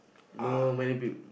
no many build